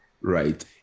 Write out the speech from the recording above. right